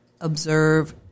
observe